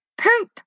poop